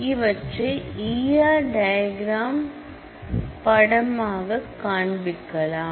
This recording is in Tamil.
இவற்றை ஈ ஆர் டயக்ராம் படமாக காண்பிக்கலாம்